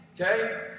Okay